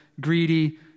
greedy